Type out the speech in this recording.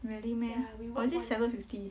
really meh or is it seven fifty